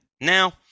now